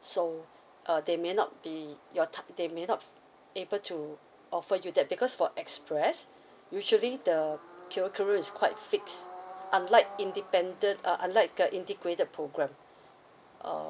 so uh they may not be your ti~ they may not able to offer you that because for express usually the curriculum is quite fixed unlike independent uh unlike the integrated program uh